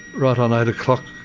right on eight o'clock,